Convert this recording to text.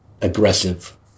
aggressive